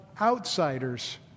outsiders